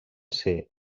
ser